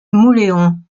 mauléon